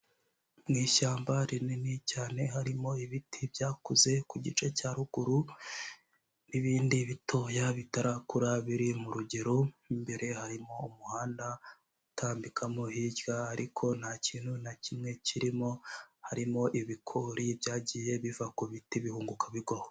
Mu ishyamba rinini cyane harimo ibiti byakuze ku gice cya ruguru n'ibindi bitoya bitarakura biri mu rugero, imbere harimo umuhanda utambikamo hirya ariko nta kintu na kimwe kirimo, harimo ibikori byagiye biva ku biti bihunguka bigwaho.